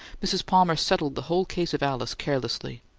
mrs. palmer settled the whole case of alice carelessly.